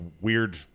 weird